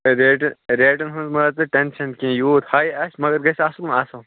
ریٹہِ ریٹَن ہُنٛد مہٕ حظ ہے ژٕ ٹٮ۪نشَن کیٚنٛہہ یوٗت ہاے آسہِ مگر گژھِ آسُن اَصٕل